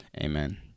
Amen